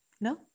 no